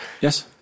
Yes